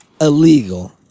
Illegal